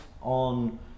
on